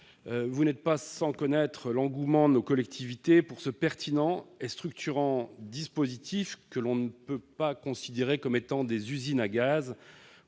Vous n'êtes pas sans connaître l'engouement de nos collectivités pour ce pertinent et structurant dispositif que l'on ne peut pas considérer comme étant une usine à gaz,